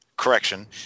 Correction